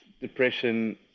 depression